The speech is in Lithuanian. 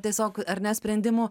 tiesiog ar net sprendimų